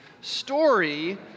story